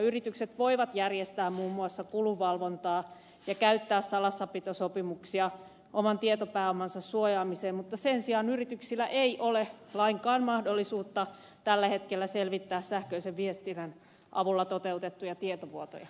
yritykset voivat järjestää muun muassa kulunvalvontaa ja käyttää salassapitosopimuksia oman tietopääomansa suojaamiseen mutta sen sijaan yrityksillä ei ole lainkaan mahdollisuutta tällä hetkellä selvittää sähköisen viestinnän avulla toteutettuja tietovuotoja